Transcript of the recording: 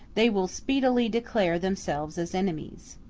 they will speedily declare themselves as enemies.